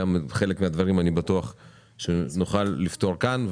כך גם חלק מהדברים נוכל לפתור כאן.